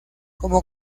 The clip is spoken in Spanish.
como